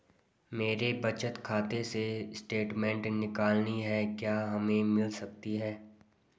मेरे बचत खाते से स्टेटमेंट निकालनी है क्या हमें मिल सकती है?